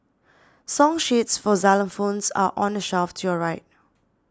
song sheets for xylophones are on the shelf to your right